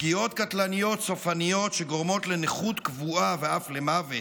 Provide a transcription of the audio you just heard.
פגיעות קטלניות סופניות שגורמות לנכות קבועה ואף למוות